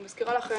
אני מזכירה לכם,